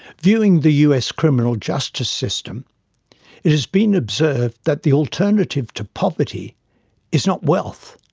viewing the us criminal justice system it has been observed that the alternative to poverty is not wealth